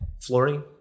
flooring